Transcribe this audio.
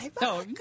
No